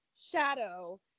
shadow